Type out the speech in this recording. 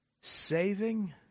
saving